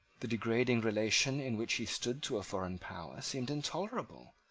the degrading relation in which he stood to a foreign power seemed intolerable.